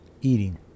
eating